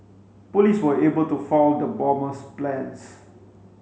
police were able to foil the bomber's plans